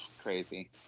Crazy